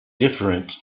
different